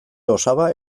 osaba